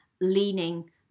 leaning